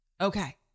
Okay